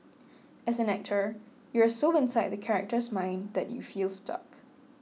as an actor you are so inside the character's mind that you feel stuck